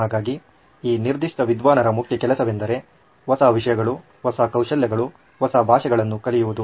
ಹಾಗಾಗಿ ಈ ನಿರ್ದಿಷ್ಟ ವಿದ್ವಾನ್ ರ ಮುಖ್ಯ ಕೆಲಸವೆಂದರೆ ಹೊಸ ವಿಷಯಗಳು ಹೊಸ ಕೌಶಲ್ಯಗಳು ಹೊಸ ಭಾಷೆಗಳನ್ನು ಕಲಿಯುವುದು